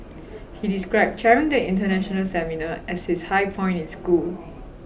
he described chairing the international seminar as his high point in school